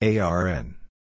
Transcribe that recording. ARN